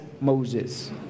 Moses